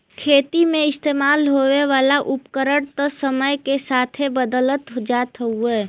खेती मे इस्तेमाल होए वाला उपकरण त समय के साथे बदलत जात हउवे